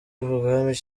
ubwami